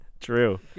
True